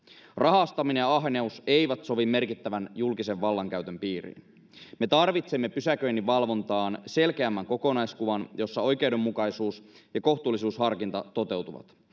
rahastaminen ja ahneus eivät sovi merkittävän julkisen vallankäytön piiriin me tarvitsemme pysäköinninvalvontaan selkeämmän kokonaiskuvan jossa oikeudenmukaisuus ja kohtuullisuusharkinta toteutuvat